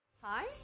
Hi